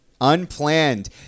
Unplanned